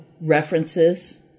references